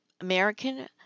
American